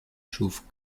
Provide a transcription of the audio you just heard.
schuf